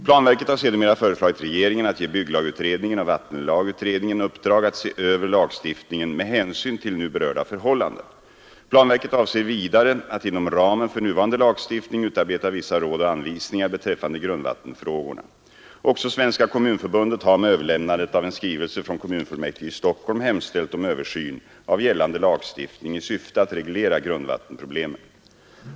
Planverket har sedermera föreslagit regeringen att ge bygglagutredningen och vattenlagutredningen uppdrag att se över lagstiftningen med hänsyn till nu berörda förhållanden. Planverket avser vidare att inom ramen för nuvarande lagstiftning utarbeta vissa råd och anvisningar beträffande grundvattenfrågorna. Också Svenska kommunförbundet har, med överlämnande av en skrivelse från kommunfullmäktige i Stockholm, hemställt om översyn av gällande lagstiftning i syfte att reglera grundvattenproblemen.